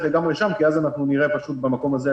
לגמרי שם כי אז אנחנו נראה במקום הזה,